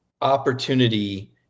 opportunity